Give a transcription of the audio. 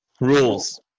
rules